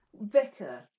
Vicar